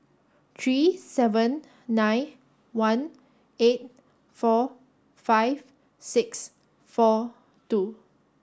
three seven nine one eight four five six four two